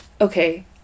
Okay